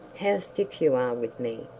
how stiff you are with me,